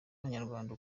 abanyarwanda